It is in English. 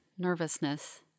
nervousness